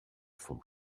vom